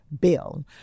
bill